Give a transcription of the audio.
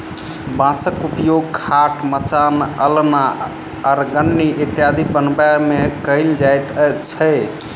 बाँसक उपयोग खाट, मचान, अलना, अरगनी इत्यादि बनबै मे कयल जाइत छै